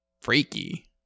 freaky